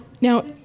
Now